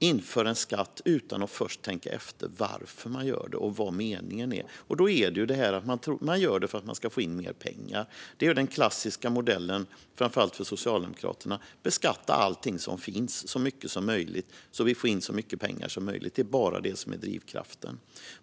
inför en skatt utan att först tänka efter när det gäller varför man gör det och vad meningen med det är. Man gör det för att man ska få in mer pengar. Det är den klassiska modellen, framför allt för Socialdemokraterna, att man beskattar allt som finns så mycket som möjligt så att man får in så mycket pengar som möjligt. Det är bara det som är drivkraften.